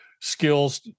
skills